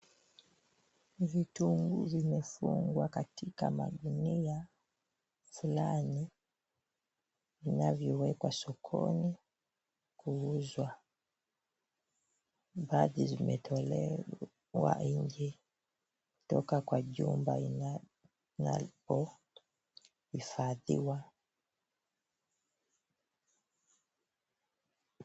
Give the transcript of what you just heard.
Vitunguu zimefungwa katika magunia fulani vinavyowekwa sokoni kuuzwa. Baadhi zimetolewa nje kutoka kwa jumba inapohifadhiwa.